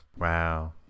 Wow